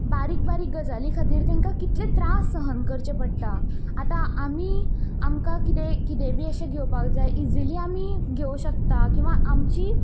बारीक बारीक गजाली खातीर तेंकां कितले त्रास सहन करचे पडटा आतां आमी आमकां कितेंय बी अशें घेवपाक जाय इजिली आमी घेवूं शकता किंवां आमची